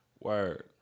Word